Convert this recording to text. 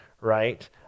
right